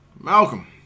Malcolm